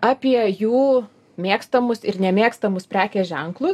apie jų mėgstamus ir nemėgstamus prekės ženklus